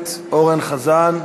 הכנסת אורן חזן,